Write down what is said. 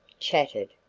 chatted,